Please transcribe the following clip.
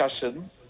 discussion